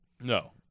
no